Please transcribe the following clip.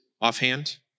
offhand